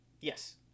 Yes